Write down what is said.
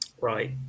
right